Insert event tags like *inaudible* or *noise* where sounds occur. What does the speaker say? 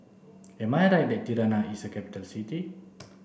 am I right that Tirana is a capital city *noise*